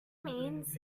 means